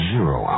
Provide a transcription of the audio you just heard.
Zero